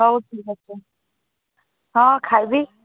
ହଉ ଠିକ୍ ଅଛି ହଁ ଖାଇବି